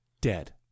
dead